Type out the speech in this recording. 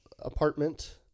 apartment